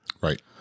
Right